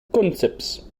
concepts